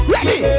Ready